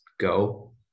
go